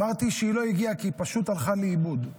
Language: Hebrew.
אמרתי שהיא לא הגיעה כי היא פשוט הלכה לאיבוד.